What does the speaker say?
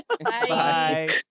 Bye